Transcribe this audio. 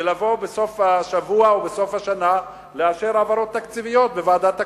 ולבוא בסוף השבוע ובסוף השנה לאשר העברות תקציביות בוועדת הכספים.